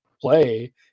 play